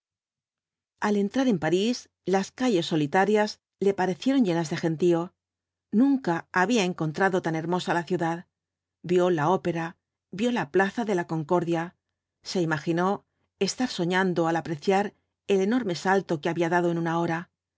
al entrar en parís las calles solitarias le parecieron llenas de gentío nunca había encontrado tan hermosa la ciudad vio la opera vio la plaza de la concordia se imaginó estar soñando al apreciar el enorme salto que había dado en una hora